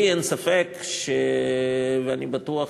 לי אין ספק, אני לא חושב